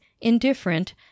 indifferent